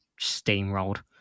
steamrolled